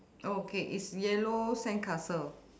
okay is yellow sandcastle